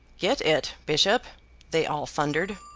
get it, bishop they all thundered.